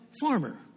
farmer